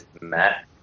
Matt